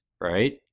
right